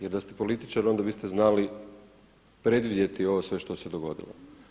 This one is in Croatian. Jer da ste političar onda biste znali predvidjeti ovo sve što se dogodilo.